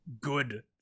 good